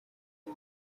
com